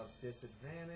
disadvantage